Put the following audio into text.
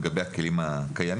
לגבי הכלים הקיימים,